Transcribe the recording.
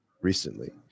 recently